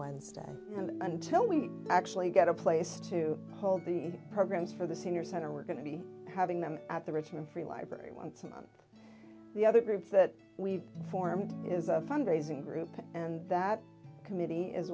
wednesday and until we actually get a place to hold the programs for the senior center we're going to be having them at the richmond free library once a month the other group that we've formed is a fund raising group and that committee is